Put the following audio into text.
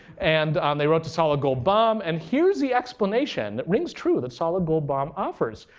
and um they wrote to solid gold bomb. and here's the explanation it rings true that solid gold bomb offers.